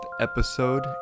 episode